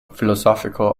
philosophical